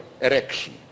erection